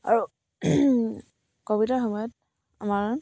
আৰু ক'ভিডৰ সময়ত আমাৰ